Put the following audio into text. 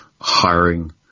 hiring